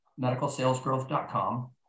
medicalsalesgrowth.com